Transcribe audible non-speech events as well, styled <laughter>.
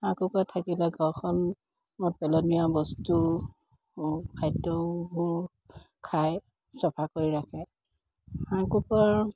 হাঁহ কুকুৰা থাকিলে ঘৰখনত পেলনীয়া বস্তু <unintelligible> খাদ্যবোৰ খায় চফা কৰি ৰাখে হাঁহ কুকুৰাৰ